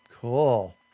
Cool